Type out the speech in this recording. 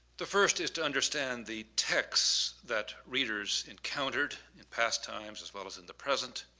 the first is to understand the text that readers encountered in past times as well as in the present.